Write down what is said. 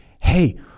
hey